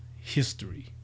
history